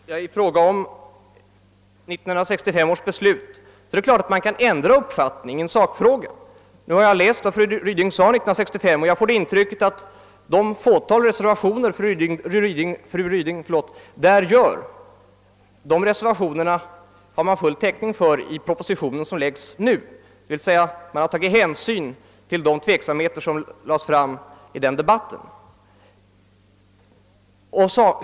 Herr talman! I fråga om 1965 års beslut vill jag säga att man naturligtvis kan ändra uppfattning i en sakfråga. Jag har läst vad fru Ryding sade 1965 och jag har fått det intrycket, att det i den proposition som läggs fram nu finns full täckning för de invändningar fru Ryding då gjorde, d. v. s. man har tagit hänsyn till den tveksamhet som kom fram i den debatten.